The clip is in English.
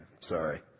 Sorry